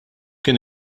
kien